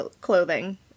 clothing